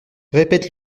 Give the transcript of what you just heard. répète